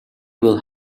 will